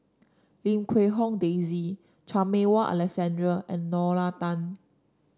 Lim Quee Hong Daisy Chan Meng Wah Alexander and Lorna Tan